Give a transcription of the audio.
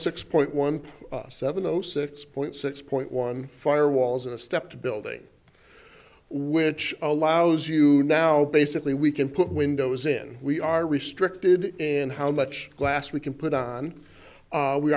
six point one point seven zero six point six point one fire walls and a step to building which allows you know basically we can put windows in we are restricted and how much glass we can put on